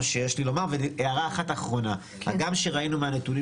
הערה אחת אחרונה: הגם שראינו מהנתונים